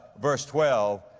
verse twelve,